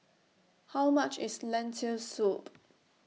How much IS Lentil Soup